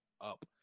up